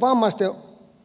vammaisten